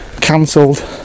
cancelled